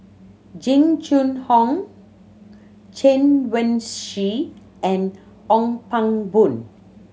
Jing Jun Hong Chen Wen Hsi and Ong Pang Boon